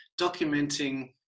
documenting